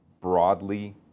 broadly